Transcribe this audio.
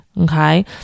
Okay